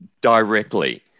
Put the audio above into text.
directly